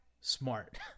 smart